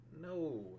no